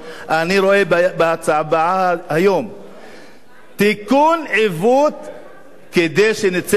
אני רואה בהצעה היום תיקון עיוות כדי שנצא לדרך.